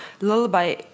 lullaby